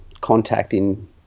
contacting